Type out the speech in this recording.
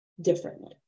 differently